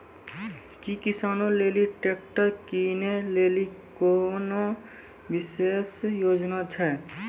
कि किसानो लेली ट्रैक्टर किनै लेली कोनो विशेष योजना छै?